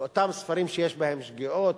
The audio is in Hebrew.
ואותם ספרים שיש בהם שגיאות,